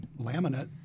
laminate